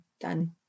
done